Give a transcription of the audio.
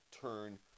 turn